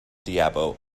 diabo